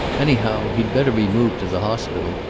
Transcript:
anyhow, he'd better be moved to the hospital.